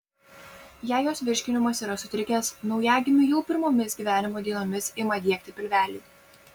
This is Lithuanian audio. jei jos virškinimas yra sutrikęs naujagimiui jau pirmomis gyvenimo dienomis ima diegti pilvelį